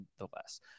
nonetheless